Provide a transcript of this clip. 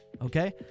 Okay